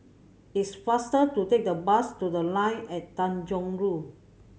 it's faster to take the bus to The Line at Tanjong Rhu